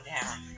down